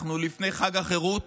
אנחנו לפני חג החירות,